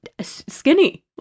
skinny